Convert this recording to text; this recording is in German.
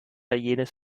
jenes